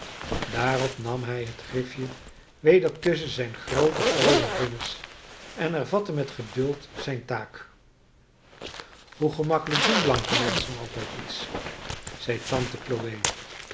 daarop nam hij het grifje weder tusschen zijne groote grove vingers en hervatte met geduld zijne taak hoe gemakkelijk doen blanke menschen altijd iets zeide tante chloe